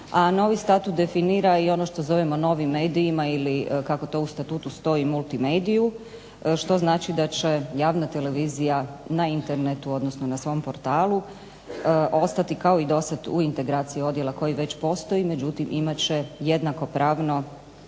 novi statut definira i ono što zovemo novim medijima ili kako to u statutu stoji multimediju što znači da će javna televizija na internetu odnosno na svom portalu ostati kao i do sad u integraciji odjela koji već postoji, međutim imat će jednakopravno